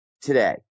today